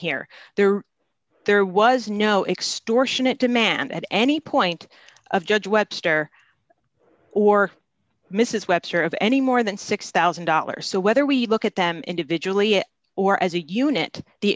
here there there was no extortionate demand at any point of judge webster or misess webster of any more than six thousand dollars so whether we look at them individually or as a unit the